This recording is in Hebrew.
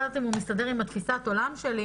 לדעת אם הוא מסתדר עם תפיסת העולם שלי